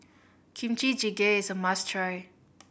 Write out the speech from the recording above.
Kimchi Jjigae is a must try